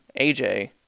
AJ